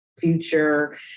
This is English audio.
future